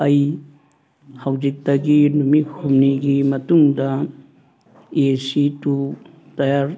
ꯑꯩ ꯍꯧꯖꯤꯛꯇꯒꯤ ꯅꯨꯃꯤꯠ ꯍꯨꯝꯅꯤꯒꯤ ꯃꯇꯨꯡꯗ ꯑꯦ ꯁꯤ ꯇꯨ ꯇꯥꯌꯔ